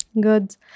Good